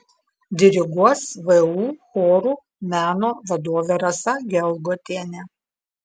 diriguos vu chorų meno vadovė rasa gelgotienė